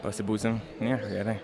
pasibūsim nieko gerai